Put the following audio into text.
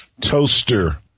toaster